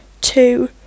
two